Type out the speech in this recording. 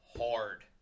hard